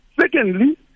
Secondly